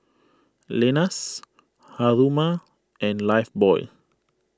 Lenas Haruma and Lifebuoy